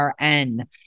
RN